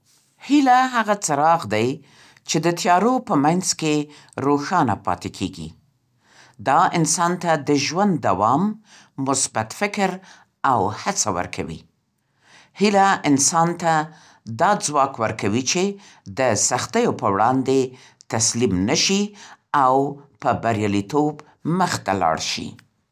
هیله هغه څراغ دی چې د تیارو په منځ کې روښانه پاتې کېږي. دا انسان ته د ژوند دوام، مثبت فکر او هڅه ورکوي. هیله انسان ته دا ځواک ورکوي چې د سختیو پر وړاندې تسلیم نه شي او په بریالیتوب مخته لاړ شي.